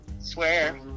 swear